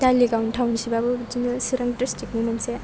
दालिगावनि township आबो बिदिनो सिरां डिस्ट्रिक्ट नि मोनसे